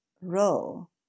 roll